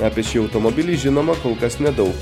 apie šį automobilį žinoma kol kas nedau